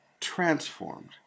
transformed